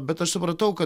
bet aš supratau kad